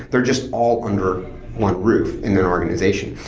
they're just all under one roof in their organization.